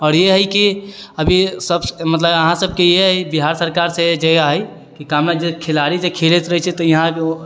आओर इ है कि अभी सब मतलब अहाँ सबके ई है बिहार सरकारसँ जे है कामना जे खेलाड़ी जे खेलैत रहै छै यहाँपर तऽ